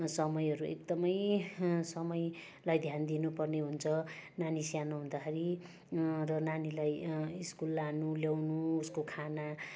समयहरू एकदमै समयलाई ध्यान दिनुपर्ने हुन्छ नानी सानो हुँदाखेरि र नानीलाई स्कुल लानु ल्याउनु उसको खाना